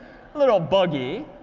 little buggy,